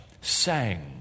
sang